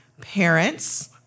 parents